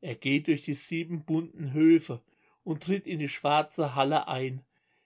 er geht durch die sieben bunten höfe und tritt in die schwarze halle ein